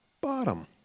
bottom